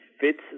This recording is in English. fits